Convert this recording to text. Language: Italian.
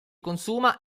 consuma